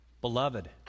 beloved